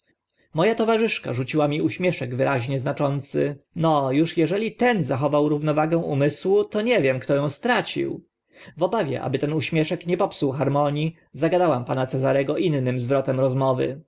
a towarzyszka rzuciła mi uśmieszek wyraźnie znaczący no uż eżeli ten zachował równowagę umysłu to nie wiem kto ą stracił w obawie aby uśmieszek nie popsuł harmonii zagadałam pana cezarego innym zwrotem rozmowy